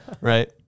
right